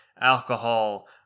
alcohol